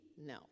No